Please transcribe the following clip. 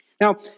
Now